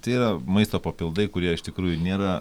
tie maisto papildai kurie iš tikrųjų nėra